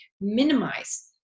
minimize